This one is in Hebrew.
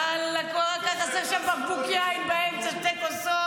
ואללה, רק היה חסר שם בקבוק יין באמצע, שתי כוסות.